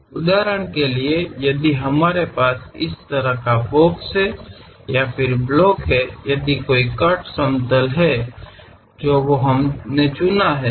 ಉದಾಹರಣೆಗೆ ನಾವು ಈ ರೀತಿಯ ಪೆಟ್ಟಿಗೆಯನ್ನು ಹೊಂದಿದ್ದರೆ ಆ ಪೆಟ್ಟಿಗೆಯಲ್ಲಿ ಕತ್ತರಿಸಿದ ಸಮಕ್ಷೇತ್ರ ಇದ್ದರೆ ನಾವು ಅದನ್ನುಆರಿಸುತ್ತೇವೆ